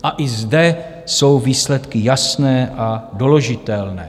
A i zde jsou výsledky jasné a doložitelné.